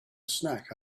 snack